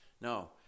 No